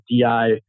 DI